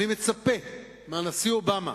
אני מצפה מהנשיא אובמה,